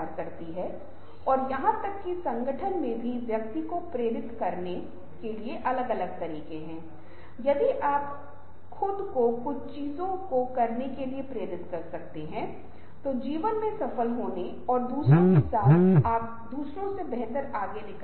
तो यह एक सरलतम तकनीक है जिसे विचार संग्रहीत किया जा सकता है और अन्य व्यक्तियों के जूते में कदम रखे बिना आप अपना विचार दे सकते हैं और एक बार जब यह स्थायी रूप से संग्रहीत हो जाएगा और संशोधन भी हो सकता है और आप अपने विचारों को संशोधित कर सकते हैं